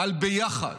על ביחד,